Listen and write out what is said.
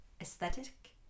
aesthetic